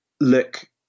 look